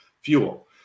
fuel